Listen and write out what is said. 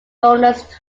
bonus